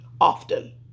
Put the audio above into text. Often